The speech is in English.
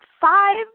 five